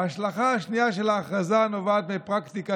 ההשלכה השנייה של ההכרזה נובעת מפרקטיקה